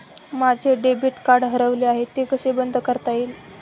माझे debit card हरवले आहे ते कसे बंद करता येईल?